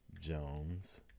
Jones